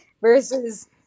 Versus